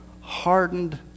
hardened